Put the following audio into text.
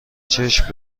چشم